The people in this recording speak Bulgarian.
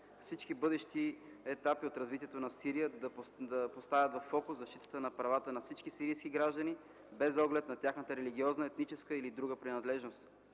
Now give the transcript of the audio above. всички бъдещи етапи от развитието на Сирия да поставят във фокус защитата на правата на всички сирийски граждани, без оглед на тяхната религиозна, етническа или друга принадлежност.